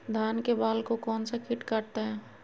धान के बाल को कौन सा किट काटता है?